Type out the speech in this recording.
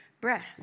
breath